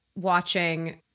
watching